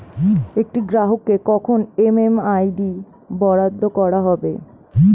একটি গ্রাহককে কখন এম.এম.আই.ডি বরাদ্দ করা হবে?